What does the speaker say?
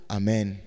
Amen